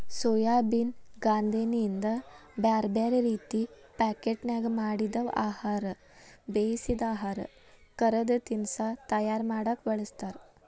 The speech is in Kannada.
ಸೋಯಾಬೇನ್ ಗಾಂದೇಣ್ಣಿಯಿಂದ ಬ್ಯಾರ್ಬ್ಯಾರೇ ರೇತಿ ಪಾಕೇಟ್ನ್ಯಾಗ ಮಾಡಿದ ಆಹಾರ, ಬೇಯಿಸಿದ ಆಹಾರ, ಕರದ ತಿನಸಾ ತಯಾರ ಮಾಡಕ್ ಬಳಸ್ತಾರ